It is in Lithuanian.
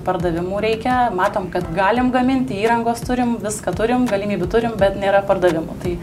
pardavimų reikia matom kad galim gaminti įrangos turim viską turim galimybių turim bet nėra pardavimų tai